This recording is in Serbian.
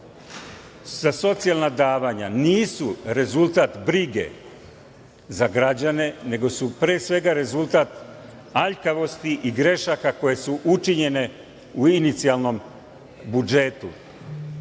za socijalna davanja nisu rezultat brige za građane, nego su pre svega rezultat aljkavosti i grešaka koje su učinjene u inicijalnom budžetu.